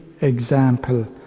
example